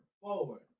forward